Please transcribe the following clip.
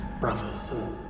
brothers